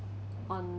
on